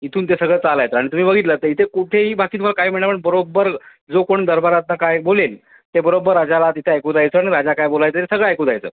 इथून ते सगळं चालायचं आणि तुम्ही बघितलंत तर इथे कुठेही बाकी तुम्हाला काही मिळणार नाही पण बरोबर जो कोण दरबार आत्ता काय बोलेल ते बरोबर राजाला तिथे ऐकू जायचं आणि राजा काय बोलायचा आहे सगळं ऐकू जायचं